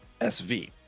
sv